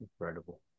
Incredible